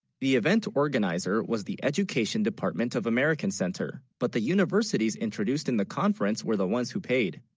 the event organiser, was the education department of american center but the universities introduced in the conference were the ones who paid